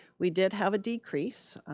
we did have a decrease.